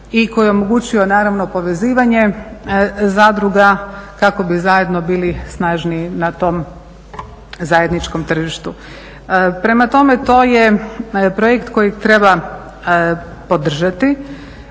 i koji je omogućio naravno povezivanje zadruga kako bi zajedno bili snažniji na tom zajedničkom tržištu. Prema tome, to je projekt kojeg treba podržati,